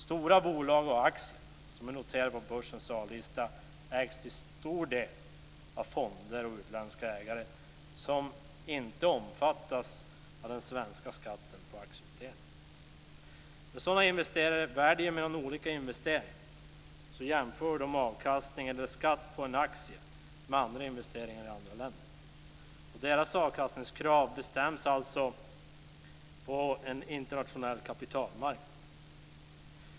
Stora bolag och aktier som är noterade på börsens A-lista ägs till stor del av fonder eller har utländska ägare som inte omfattas av svensk skatt på aktieutdelningar. När sådana investerare väljer mellan olika investeringar jämför de avkastningen efter skatt på en aktie med andra investeringar i andra länder. Deras avkastningskrav bestäms alltså på en internationell kapitalmarknad.